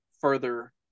further